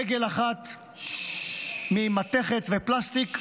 רגל אחת ממתכת ומפלסטיק.